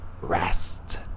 rest